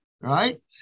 right